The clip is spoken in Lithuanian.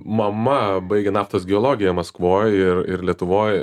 mama baigė naftos geologiją maskvoj ir ir lietuvoj